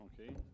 okay